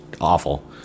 awful